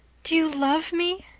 do you love me?